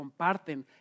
comparten